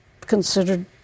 considered